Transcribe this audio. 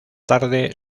tarde